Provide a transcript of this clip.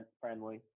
friendly